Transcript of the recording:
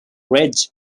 ridge